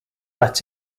let